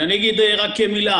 אגיד רק מילה.